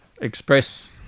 express